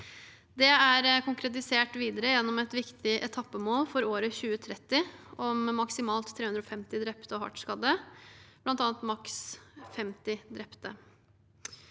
Det er konkretisert videre gjennom et viktig etappemål for året 2030 om maksimalt 350 drepte og hardt skadde, bl.a. maks 50 drepte.